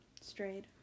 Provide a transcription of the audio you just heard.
Strayed